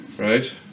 right